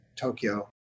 Tokyo